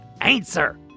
answer